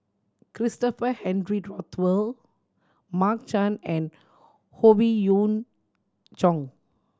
Christopher Henry Rothwell Mark Chan and Howe Yoon Chong